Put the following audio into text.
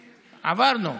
עברנו.